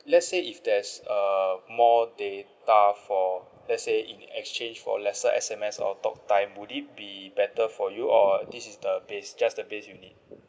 let's say if there's err more data for let's say in exchange for lesser S_M_S or talktime would it be better for you or this is the base just the base you need